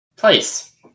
Place